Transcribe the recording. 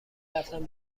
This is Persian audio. رفتم